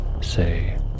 say